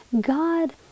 God